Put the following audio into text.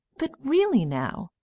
but, really, now,